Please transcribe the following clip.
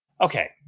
Okay